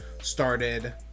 started